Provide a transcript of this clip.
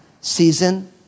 season